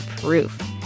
proof